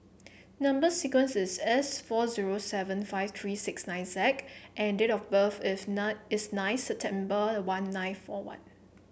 number sequence is S four zero seven five three six nine Z and date of birth is nine is nine September one nine four one